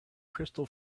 crystal